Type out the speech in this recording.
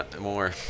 more